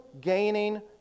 gaining